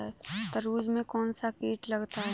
तरबूज में कौनसा कीट लगता है?